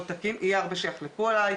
מנהלים את זה ולכן לא מגיע על זה תקורה.